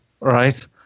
right